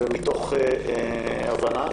ומתוך הבנה